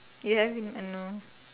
ya or no